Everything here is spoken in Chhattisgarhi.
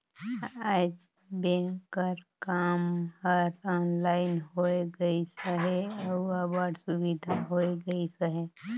आएज बेंक कर काम हर ऑनलाइन होए गइस अहे अउ अब्बड़ सुबिधा होए गइस अहे